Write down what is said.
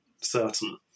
certain